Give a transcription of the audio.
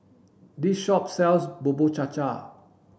this shop sells Bubur Cha Cha